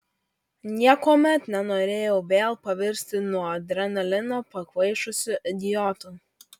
niekuomet nenorėjau vėl pavirsti nuo adrenalino pakvaišusiu idiotu